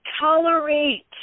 tolerate